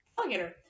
alligator